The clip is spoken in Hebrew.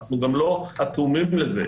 אנחנו גם לא אטומים לזה.